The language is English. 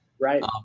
Right